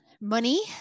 Money